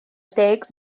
deg